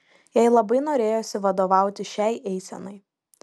jai labai norėjosi vadovauti šiai eisenai